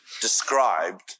described